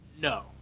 no